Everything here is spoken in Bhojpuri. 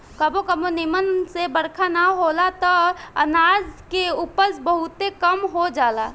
कबो कबो निमन से बरखा ना होला त अनाज के उपज बहुते कम हो जाला